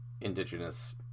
indigenous